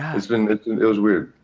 it's been it was weird.